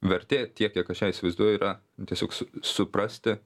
vertė tiek kiek aš ją įsivaizduoju yra tiesiog su suprasti